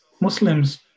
Muslims